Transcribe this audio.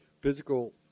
physical